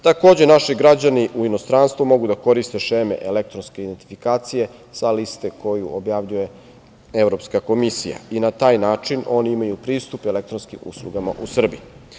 Takođe, naši građani u inostranstvu mogu da koriste šeme elektronske identifikacije sa liste koju objavljuje Evropska komisija i na taj način oni imaju pristup elektronskim uslugama u Srbiji.